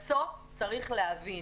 בסוף, צריך להבין,